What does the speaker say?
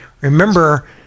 remember